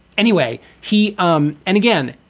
anyway. he um and again.